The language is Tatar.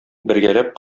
бергәләп